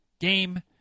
game